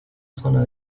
zona